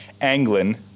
anglin